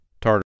tartar